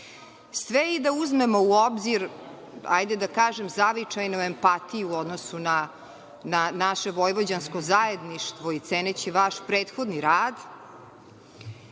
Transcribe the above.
i da uzmemo u obzir, hajde da kažem, zavičajnu empatiju u odnosu na naše vojvođansko zajedništvo i ceneći vaš prethodni rad,